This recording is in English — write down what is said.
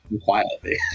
quietly